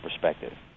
perspective